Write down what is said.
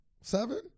Seven